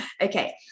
Okay